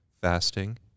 fasting